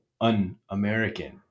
un-american